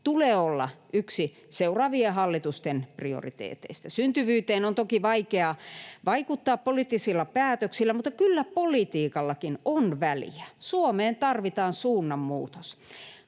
tulee olla yksi seuraavien hallitusten prioriteeteista. Syntyvyyteen on toki vaikea vaikuttaa poliittisilla päätöksillä, mutta kyllä politiikallakin on väliä. Suomeen tarvitaan suunnanmuutos.